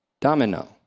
domino